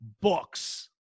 books